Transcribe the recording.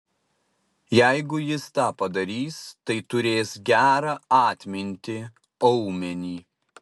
jeigu jis tą padarys tai turės gerą atmintį aumenį